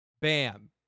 Bam